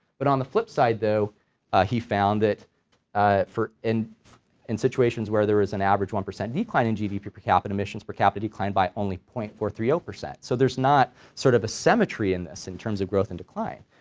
but on the flip side though he found that ah for, in in situations where there was an average one percent decline in gdp per capita emissions per capita declined by only point four three zero ah percent, so there's not sort of a symmetry in this in terms of growth and decline.